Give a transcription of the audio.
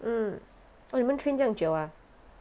mm 哇你们 train 这样久啊